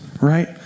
Right